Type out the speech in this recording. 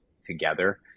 together